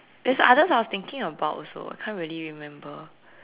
there's others I was thinking about also I can't really remember